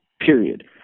period